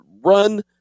run